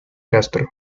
castro